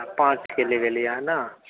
पाँच के ले गेलियै हँ न